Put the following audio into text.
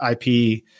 IP